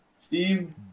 Steve